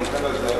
והמנכ"ל הזה,